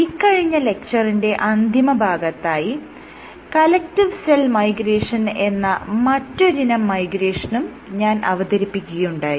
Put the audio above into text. ഇക്കഴിഞ്ഞ ലെക്ച്ചറിന്റെ അന്തിമഭാഗത്തായി കലക്ടീവ് സെൽ മൈഗ്രേഷൻ എന്ന മറ്റൊരിനം മൈഗ്രേഷനും ഞാൻ അവതരിപ്പിക്കുകയുണ്ടായി